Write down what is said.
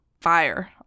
fire